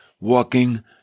walking